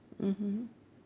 mmhmm